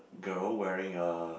girl wearing a